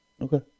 Okay